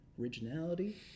originality